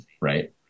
right